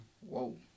Whoa